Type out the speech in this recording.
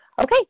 Okay